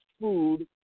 food